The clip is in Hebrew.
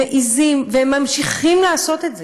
מעזים, והם ממשיכים לעשות את זה,